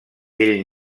ell